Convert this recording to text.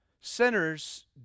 Sinners